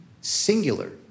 singular